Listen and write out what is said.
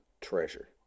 treasure